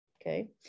okay